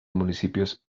municipios